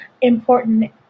important